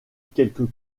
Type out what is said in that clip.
quelques